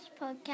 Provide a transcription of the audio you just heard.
podcast